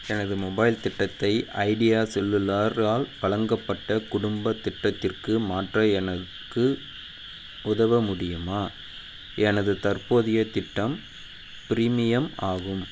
எனது மொபைல் திட்டத்தை ஐடியா செல்லுலாரால் வழங்கப்பட்ட குடும்பம் திட்டத்திற்கு மாற்ற எனக்கு உதவ முடியுமா எனது தற்போதைய திட்டம் பிரீமியம் ஆகும்